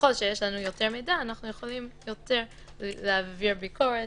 - ככל שיש לנו יותר מידע אנו יכולים יותר להעביר ביקורת